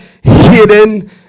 hidden